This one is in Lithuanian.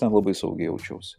ten labai saugiai jaučiausi